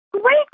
Great